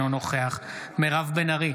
אינו נוכח מירב בן ארי,